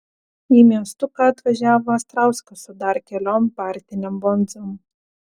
į miestuką atvažiavo astrauskas su dar keliom partinėm bonzom